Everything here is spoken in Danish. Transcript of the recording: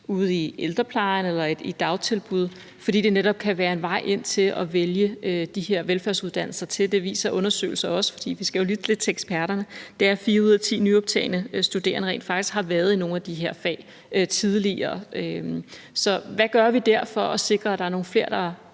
ude i ældreplejen eller i et dagtilbud, fordi det netop kan være en vej ind til at vælge de her velfærdsuddannelser til. Det viser undersøgelser også. Vi skal jo lytte lidt til eksperterne. Fire ud af ti nyoptagne studerende har rent faktisk været i nogle af de her fag tidligere. Så hvad gør vi dér for at sikre, at der er nogle flere, der tager